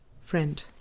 Friend